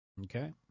okay